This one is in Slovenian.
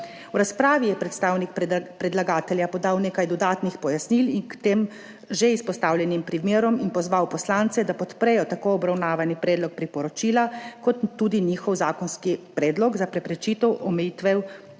V razpravi je predstavnik predlagatelja podal nekaj dodatnih pojasnil in k tem že izpostavljenim primerom in pozval poslance, da podprejo tako obravnavani predlog priporočila kot tudi njihov zakonski predlog za preprečitev omejitev